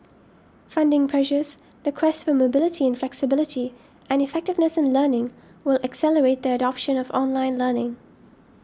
funding pressures the quest for mobility flexibility and effectiveness in learning will accelerate the adoption of online learning